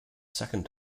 second